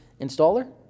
installer